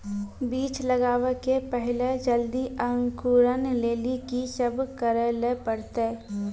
बीज लगावे के पहिले जल्दी अंकुरण लेली की सब करे ले परतै?